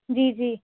جی جی